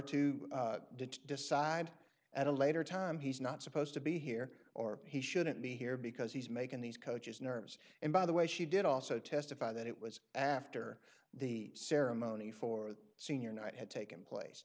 ditch decide at a later time he's not supposed to be here or he shouldn't be here because he's making these coaches nervous and by the way she did also testify that it was after the ceremony for the senior night had taken